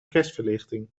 kerstverlichting